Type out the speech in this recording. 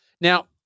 Now